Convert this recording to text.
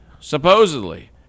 supposedly